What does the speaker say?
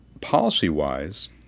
policy-wise